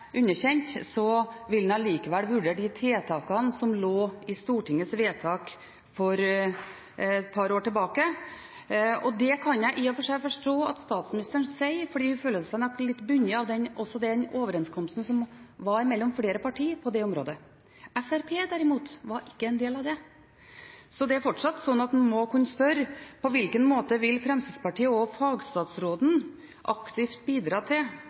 underkjent, vil en likevel vurdere de tiltakene som lå i Stortingets vedtak for et par år tilbake. Det kan jeg i og for seg forstå at statsministeren sier, fordi hun føler seg nok også litt bundet av den overenskomsten som var mellom flere partier på det området. Fremskrittspartiet, derimot, var ikke en del av det, så det er fortsatt slik at en må kunne spørre: På hvilken måte vil Fremskrittspartiet og fagstatsråden aktivt bidra til